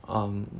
um